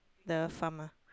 the farm ah